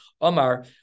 Omar